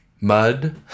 mud